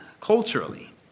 culturally